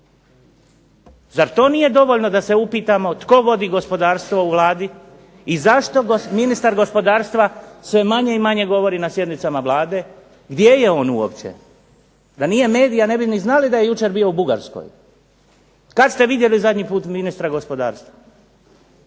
Zar to nije dovoljno da se upitamo tko vodi gospodarstvo u Vladi i zašto ministar gospodarstva sve manje i manje govori na sjednicama Vlade, gdje je on uopće? Da nije medija ne bi ni znali da je jučer bio u Bugarskoj. Kad ste vidjeli zadnji put ministra gospodarstva?